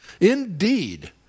Indeed